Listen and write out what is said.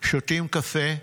שותים קפה,